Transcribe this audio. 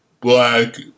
black